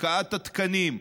השקעת התקנים,